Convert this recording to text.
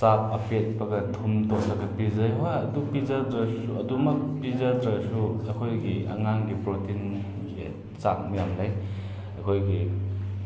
ꯆꯥꯛ ꯑꯄꯦꯠꯄꯒ ꯊꯨꯝ ꯇꯣꯠꯂꯒ ꯄꯤꯖꯩ ꯍꯣꯏ ꯑꯗꯨ ꯄꯤꯖꯥꯗ꯭ꯔꯁꯨ ꯑꯗꯨꯃꯛ ꯄꯤꯖꯗ꯭ꯔꯁꯨ ꯑꯩꯈꯣꯏꯒꯤ ꯑꯉꯥꯡꯒꯤ ꯄ꯭ꯔꯣꯇꯤꯟꯒꯤ ꯆꯥꯛ ꯌꯥꯝꯅ ꯂꯩ ꯑꯩꯈꯣꯏꯒꯤ